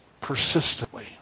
persistently